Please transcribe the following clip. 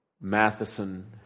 Matheson